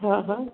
હાં હાં